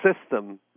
system